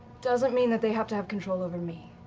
doesn't mean that they have to have control over me.